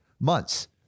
months